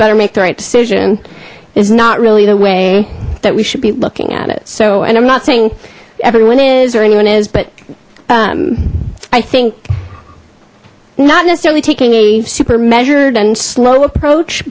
better make the right decision is not really the way that we should be looking at it so and i'm not saying everyone is or anyone is but i think not necessarily taking a super measured and slow approach